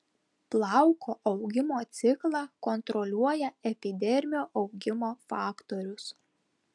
plauko augimo ciklą kontroliuoja epidermio augimo faktorius